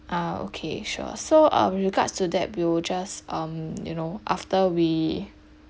ah okay sure so um regards to that we will just um you know after we